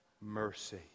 mercy